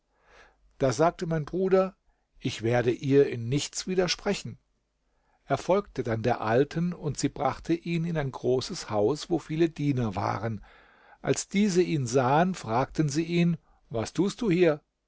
da sagte mein bruder ich werde ihr in nichts widersprechen er folgte dann der alten und sie brachte ihn in ein großes haus wo viele diener waren als diese ihn sahen fragten sie ihn was tust du hier